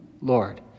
Lord